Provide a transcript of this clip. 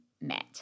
met